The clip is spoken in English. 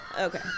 Okay